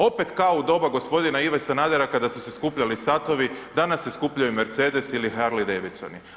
Opet kao u doba gospodina Ive Sanadera, kad su se skupljali satovi, danas se skupljaju Mercedesi ili Harly Davidsoni.